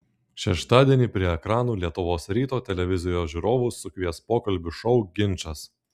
šeštadienį prie ekranų lietuvos ryto televizijos žiūrovus sukvies pokalbių šou ginčas